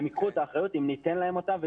בני הנוער ייקחו את האחריות אם ניתן להם אותה,